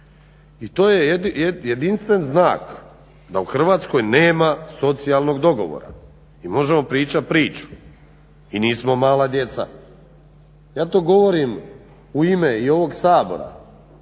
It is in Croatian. I to je jedinstven znak da u Hrvatskoj nema socijalnog dogovora. I možemo pričati priču i nismo mala djeca. Ja to govorim u ime i ovog Sabora,